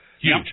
Huge